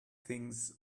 things